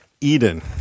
Eden